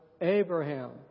Abraham